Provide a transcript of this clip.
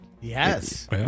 Yes